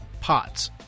pots